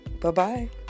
Bye-bye